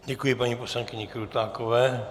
Děkuji paní poslankyni Krutákové.